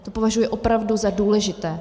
To považuji opravdu za důležité.